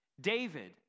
David